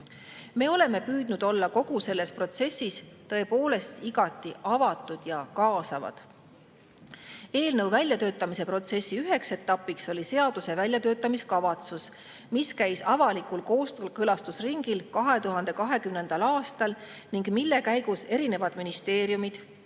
Me oleme püüdnud olla kogu selles protsessis tõepoolest igati avatud ja kaasavad. Eelnõu väljatöötamise protsessi üheks etapiks oli seaduse väljatöötamise kavatsus, mis käis avalikul kooskõlastusringil 2020. aastal ning mille käigus erinevad ministeeriumid,